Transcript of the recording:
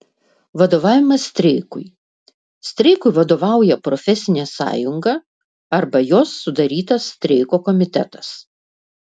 vadovavimas streikui streikui vadovauja profesinė sąjunga arba jos sudarytas streiko komitetas